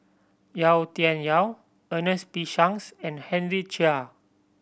Yau Tian Yau Ernest P Shanks and Henry Chia